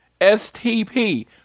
STP